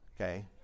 Okay